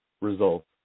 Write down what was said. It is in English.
results